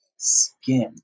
skin